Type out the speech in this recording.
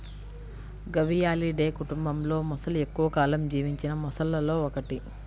గవియాలిడే కుటుంబంలోమొసలి ఎక్కువ కాలం జీవించిన మొసళ్లలో ఒకటి